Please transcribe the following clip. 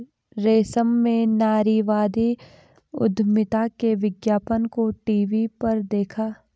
रमेश ने नारीवादी उधमिता के विज्ञापन को टीवी पर देखा